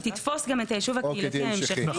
תתפוס גם את היישוב הקהילתי ההמשכי.